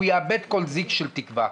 הוא יאבד כל זיק של תקווה.